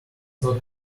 not